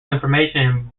information